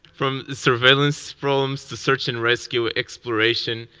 from surveillance drones to search and rescue exploration,